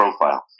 profile